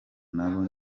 nabo